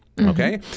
okay